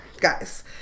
guys